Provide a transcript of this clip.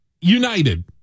United